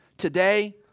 today